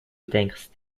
denkst